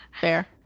Fair